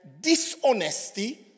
dishonesty